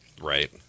Right